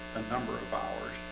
a number of hours